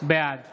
בעד